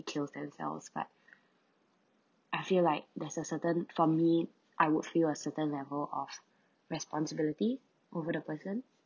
kill themselves but I feel like there's a certain for me I would feel a certain level of responsibility over the person